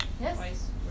Yes